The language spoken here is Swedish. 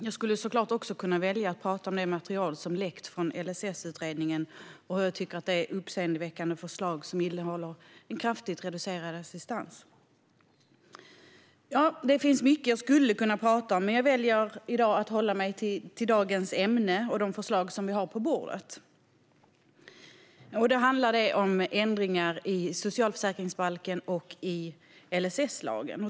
Jag skulle också kunna välja att prata om det material som läckt från LSS-utredningen och hur jag tycker att det är uppseendeväckande förslag som innehåller en kraftigt reducerad assistans. Ja, det finns mycket jag skulle kunna prata om. Men jag väljer i dag att hålla mig till dagens ämne och de förslag vi har på bordet. Det handlar det om ändringar i socialförsäkringsbalken och LSS.